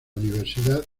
universidad